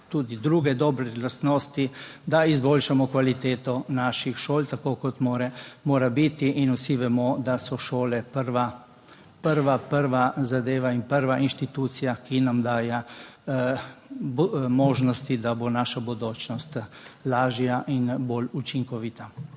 tudi druge dobre lastnosti, da izboljšamo kvaliteto naših šol, tako kot mora biti. In vsi vemo, da so šole prva, prva zadeva in prve inštitucije, ki nam dajejo možnosti, da bo naša bodočnost lažja in bolj učinkovita.